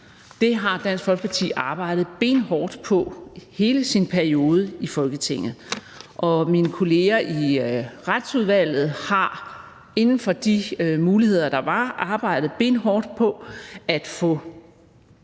Det har Dansk Folkeparti arbejdet benhårdt for hele sin periode i Folketinget. Mine kolleger i Retsudvalget har inden for de muligheder, der har været, arbejdet benhårdt for at få